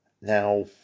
Now